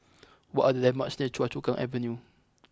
what are the landmarks near Choa Chu Kang Avenue